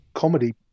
comedy